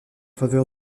faveur